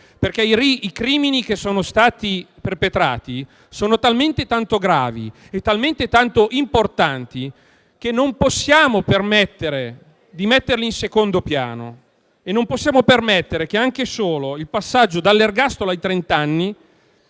perché i crimini perpetrati sono talmente gravi e talmente importanti che non possiamo permettere di metterli in secondo piano. Non possiamo permettere che anche solo il passaggio dall'ergastolo ai trent'anni